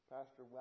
Pastor